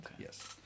Yes